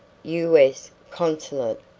u s. consulate,